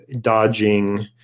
Dodging